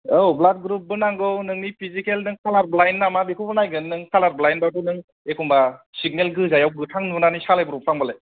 औ ब्लाद ग्रुपबो नांगौ नोंनि फिजिकेल नों खालार ब्लायेन्ड मा बेखौबो नायगोन खालार ब्लायेन्डबाथ' नों एख'नबा सिगनेल गोजायाव गोथां नुनानै सालायब्र' फ्लांबालाय